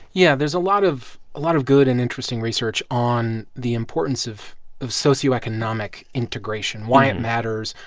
yeah. there's a lot of lot of good and interesting research on the importance of of socioeconomic integration why it matters,